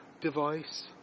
device